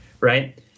right